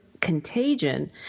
contagion